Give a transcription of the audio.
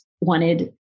wanted